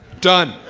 done.